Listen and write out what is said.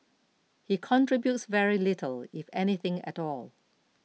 he contributes very little if anything at all